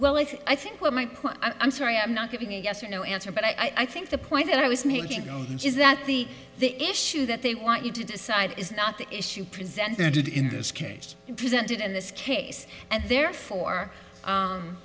well i think what my point i'm sorry i'm not giving a yes or no answer but i think the point that i was making is that the the issue that they want you to decide is not the issue presented in this case presented in this case and therefore